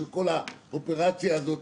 של כל האופרציה הזאת,